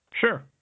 Sure